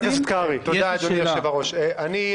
יעל,